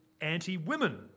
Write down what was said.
anti-women